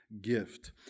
gift